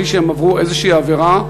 בלי שהם עברו איזושהי עבירה,